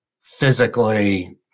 physically